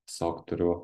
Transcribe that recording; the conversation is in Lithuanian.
tiesiog turiu